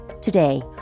Today